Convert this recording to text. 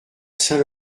saint